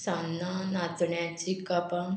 सान्नां नाचण्याची कापां